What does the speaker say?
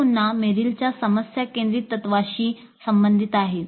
हे पुन्हा मेरिलच्या समस्या केंद्रित तत्त्वाशी संबंधित आहे